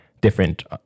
different